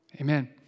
Amen